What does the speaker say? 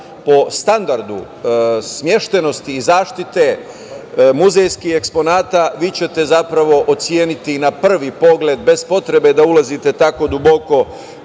po standardu smeštenosti i zaštite muzejski eksponata vi ćete zapravo oceniti i na prvi pogled bez potrebe da ulazite tako duboko